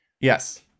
Yes